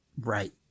Right